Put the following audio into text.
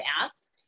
asked